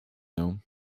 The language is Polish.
nią